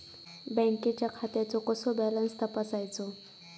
बँकेच्या खात्याचो कसो बॅलन्स तपासायचो?